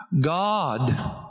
God